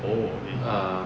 oh